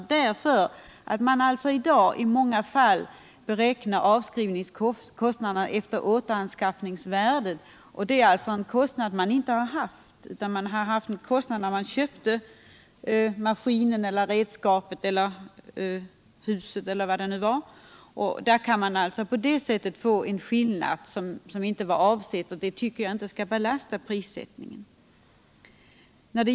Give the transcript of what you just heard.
I dag beräknar man avskrivningskostnaderna i många fall efter återanskaffningsvärdet, och då gäller det en kostnad man inte haft. Det är när man köpt maskinen, redskapet, huset eller vad det kan vara som man haft en kostnad. På det här sättet kan det bli en skillnad, vilket inte har avsetts. Och jag tycker inte det skall belasta prissättningen.